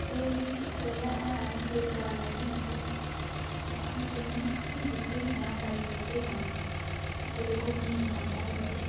और बी जगहां हैन कुतै जाने आहली इत्थै और अ'ऊं जन्नीं जित्थै बी जां बाइक लेइयै जां कुतै घूमने गी जाना होऐ